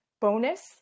bonus